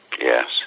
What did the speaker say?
Yes